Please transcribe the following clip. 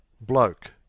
bloke